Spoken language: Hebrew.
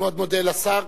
אני מאוד מודה לשר.